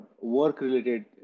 work-related